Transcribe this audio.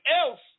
else